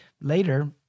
later